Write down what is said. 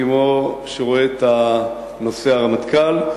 כמו שרואה את הנושא הרמטכ"ל,